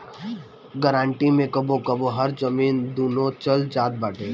guarantee मे कबो कबो घर, जमीन, दूनो चल जात बाटे